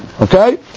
Okay